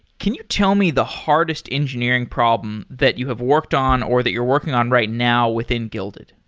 can you tell me the hardest engineering problem that you have worked on or that you're working on right now within guilded?